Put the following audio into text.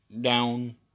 Down